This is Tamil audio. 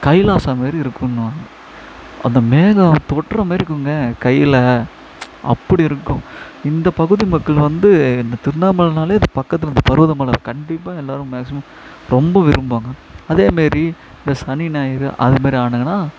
கைலாசம் மாரி இருக்குதுன்னுவாங்க அந்த மேகம் தொடுற மாரி இருக்கும்ங்க கையில் அப்படி இருக்கும் இந்த பகுதி மக்கள் வந்து இந்த திருவண்ணாமலைனாலே இந்த பக்கத்தில் இந்த பர்வதமல கண்டிப்பாக எல்லோரும் மேக்ஸிமம் ரொம்ப விரும்புவாங்க அதே மாரி இந்த சனி ஞாயிறு அதுமாரி ஆனாங்கன்னா